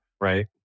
Right